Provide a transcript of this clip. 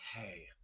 Okay